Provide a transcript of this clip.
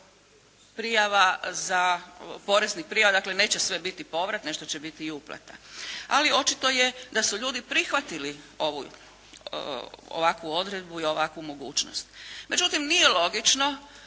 prijava za, poreznih prijava dakle neće sve biti povrat, nešto će biti i uplata. Ali očito je da su ljudi prihvatili ovu, ovakvu odredbu i ovakvu mogućnost. Međutim, nije logično